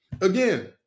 again